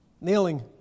nailing